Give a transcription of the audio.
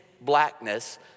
blackness